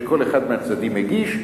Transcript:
שכל אחד מהצדדים מגיש,